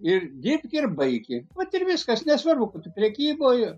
ir dirbk ir baiki vat ir viskas nesvarbu kur tu prekyboj